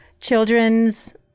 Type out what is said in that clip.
children's